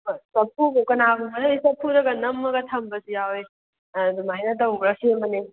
ꯍꯣꯏ ꯆꯐꯨꯕꯨ ꯀꯅꯥꯒꯨꯝꯕꯅꯗꯤ ꯆꯐꯨꯗꯒ ꯅꯝꯃꯒ ꯊꯝꯕꯁꯨ ꯌꯥꯎꯋꯦ ꯑꯗꯨꯃꯥꯏꯅ ꯇꯧꯕ꯭ꯔ ꯁꯦꯝꯕꯅꯤ